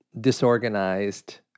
disorganized